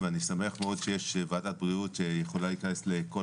ואני שמח מאוד שיש ועדת בריאות שיכולה להיכנס לכל